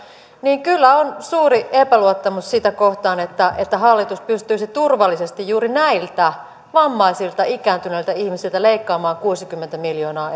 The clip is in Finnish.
niin kyllä on suuri epäluottamus sitä kohtaan että hallitus pystyisi turvallisesti juuri näiltä vammaisilta ikääntyneiltä ihmisiltä leikkaamaan kuusikymmentä miljoonaa